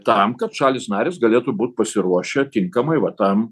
tam kad šalys narės galėtų būt pasiruošę tinkamai va tam